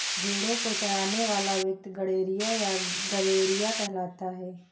भेंड़ों को चराने वाला व्यक्ति गड़ेड़िया या गरेड़िया कहलाता है